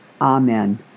Amen